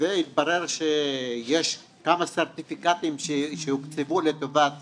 התברר שיש כמה סרטיפיקטים שהוקצבו לטובת